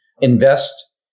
invest